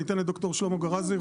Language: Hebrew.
ואני אתן את ד"ר שלמה גראזי,